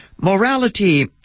Morality